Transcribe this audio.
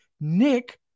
nick